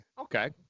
Okay